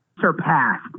surpassed